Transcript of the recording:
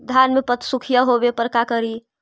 धान मे पत्सुखीया होबे पर का करि?